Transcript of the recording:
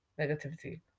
negativity